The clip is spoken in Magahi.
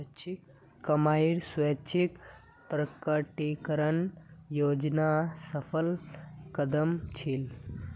कमाईर स्वैच्छिक प्रकटीकरण योजना सफल कदम छील